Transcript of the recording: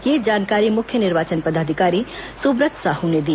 यह जानकारी मुख्य निर्वाचन पदाधिकारी सुब्रत साहू ने दी